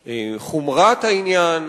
בחומרת העניין,